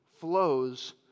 flows